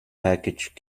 package